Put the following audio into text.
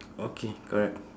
okay correct